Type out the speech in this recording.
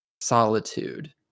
solitude